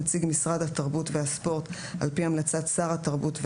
נציג משרד התרבות על פי המלצת שר התרבות,